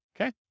Okay